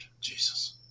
jesus